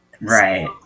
Right